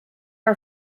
are